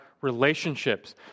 relationships